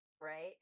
right